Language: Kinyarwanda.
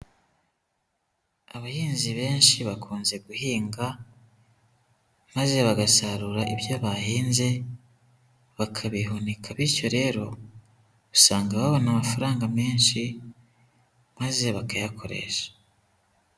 Abahinzi benshi bakunze guhinga maze bagasarura ibyo bahinze bakabihunika, bityo rero usanga babona amafaranga menshi maze bakayakoresha.